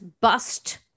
bust